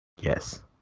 Yes